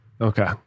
Okay